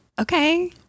Okay